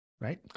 Right